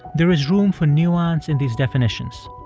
there is room for nuance in these definitions.